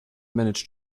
manage